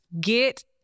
get